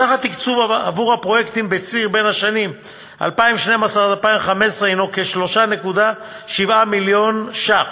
סך התקצוב עבור הפרויקטים בציר בשנים 2012 2015 הוא כ-3.7 מיליון ש"ח,